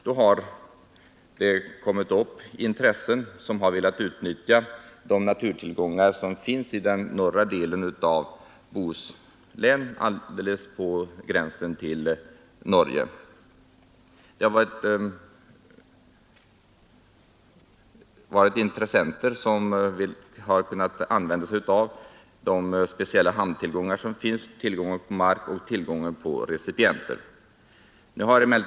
Det har funnits intressenter som velat utnyttja de naturtillgångar som finns i den norra delen av Bohuslän alldeles intill gränsen till Norge. Dessa intressenter har velat utnyttja de speciella tillgångar som där finns i form av hamnar, mark och recipienter.